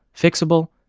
fixable,